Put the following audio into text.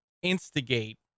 instigate